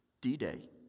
D-Day